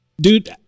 Dude